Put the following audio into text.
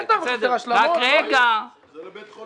זה לבית חולים.